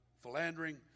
philandering